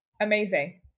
amazing